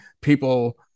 people